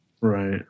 Right